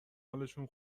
حالشون